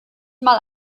mal